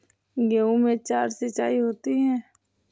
गेहूं में चार सिचाई होती हैं